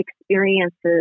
experiences